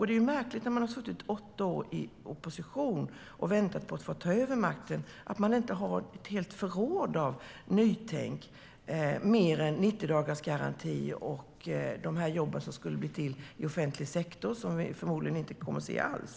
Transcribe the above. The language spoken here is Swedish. Det är märkligt att ha suttit åtta år i opposition, i väntan på att få ta över makten, och inte ha ett helt förråd av nytänk utöver 90-dagarsgarantin och de jobb som skulle bli till i offentlig sektor - som vi förmodligen inte kommer att se alls.